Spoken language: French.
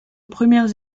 premières